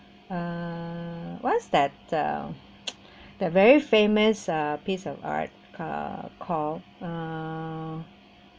uh what's that the that very famous uh piece of art uh core uh